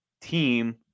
team